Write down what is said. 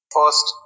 first